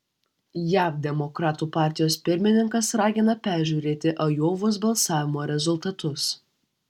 jav demokratų partijos pirmininkas ragina peržiūrėti ajovos balsavimo rezultatus